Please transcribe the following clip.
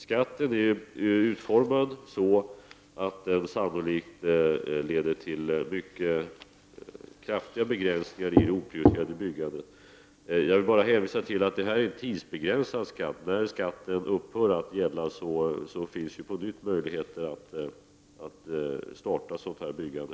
Skatten är utformad så att den sannolikt leder till mycket kraftiga begränsningar i oprioriterat byggande. Jag vill bara hänvisa till att det gäller en tidsbegränsad skatt. När den upphör att gälla finns det på nytt möjligheter att starta ett sådant här byggande.